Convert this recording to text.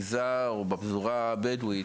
במגזר או בפזורה הבדואית,